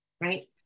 right